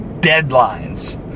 deadlines